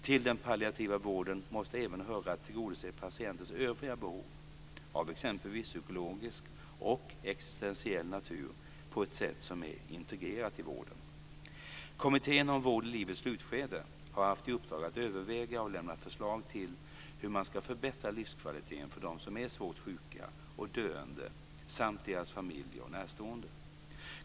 Till den palliativa vården måste även höra att tillgodose patientens övriga behov, av exempelvis psykologisk och existentiell natur, på ett sätt som är integrerat i vården. Kommittén om vård i livets slutskede har haft i uppdrag att överväga och lämna förslag till hur man kan förbättra livskvaliteten för dem som är svårt sjuka och döende samt deras familjer och närstående.